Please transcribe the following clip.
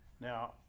Now